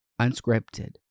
unscripted